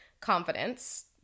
confidence